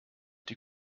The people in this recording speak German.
die